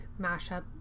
mashup